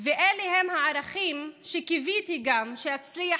ואלה הם הערכים שקיוויתי גם שאצליח